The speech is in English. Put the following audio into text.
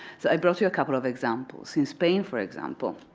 see i brought you a couple of examples. in spain, for example,